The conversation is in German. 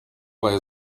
bei